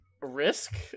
Risk